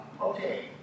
Okay